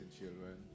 children